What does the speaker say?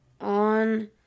on